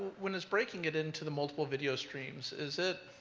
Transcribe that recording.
when it's breaking it into the multiple video streams, is it,